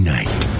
Night